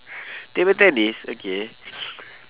table tennis okay